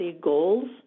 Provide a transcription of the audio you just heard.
goals